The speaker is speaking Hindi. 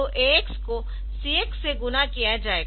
तो AX को CX से गुणा किया जाएगा